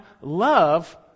love